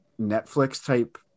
Netflix-type